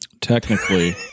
technically